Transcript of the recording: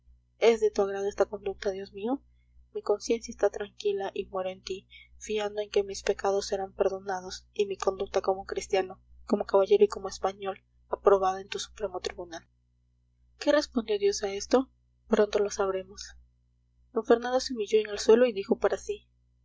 es de tu agrado esta conducta dios mío mi conciencia está tranquila y muero en ti fiando en que mis pecados serán perdonados y mi conducta como cristiano como caballero y como español aprobada en tu supremo tribunal qué respondió dios a esto pronto lo sabremos d fernando se humilló en el suelo y dijo para sí